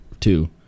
Two